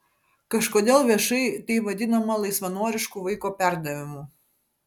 kažkodėl viešai tai vadinama laisvanorišku vaiko perdavimu